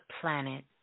planet